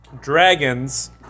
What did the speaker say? Dragons